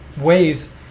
ways